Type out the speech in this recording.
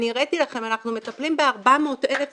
הראיתי לכם, אנחנו מטפלים ב-400,000 אנשים,